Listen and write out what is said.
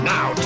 Now